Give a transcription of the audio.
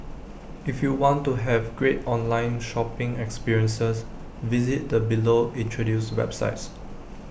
if you want to have great online shopping experiences visit the below introduced websites